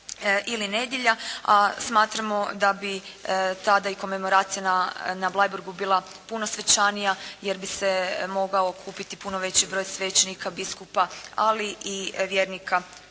ili nedjelja. A smatramo da bi tada i komemoracija na Bleiburgu bila puno svečanija, jer bi se mogao okupiti puno veći broj svećenika, biskupa ali i vjernika